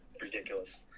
ridiculous